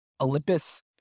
Olympus